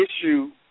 issue